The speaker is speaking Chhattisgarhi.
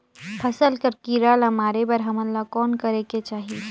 फसल कर कीरा ला मारे बर हमन ला कौन करेके चाही?